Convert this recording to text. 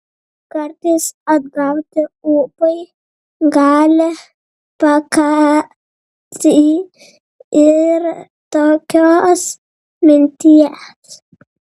kartais atgauti ūpui gali pakakti ir tokios minties